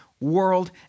world